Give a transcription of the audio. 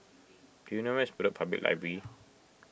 do you know where is Bedok Public Library